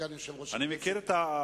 סגן יושב-ראש הכנסת.